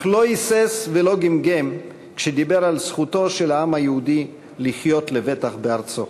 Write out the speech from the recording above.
אך לא היסס ולא גמגם כשדיבר על זכותו של העם היהודי לחיות לבטח בארצו.